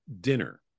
dinner